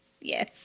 Yes